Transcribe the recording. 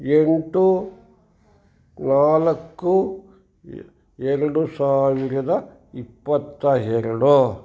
ಎಂಟು ನಾಲ್ಕು ಎ ಎರಡು ಸಾವಿರದ ಇಪ್ಪತ್ತ ಎರಡು